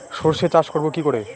সর্ষে চাষ করব কি করে?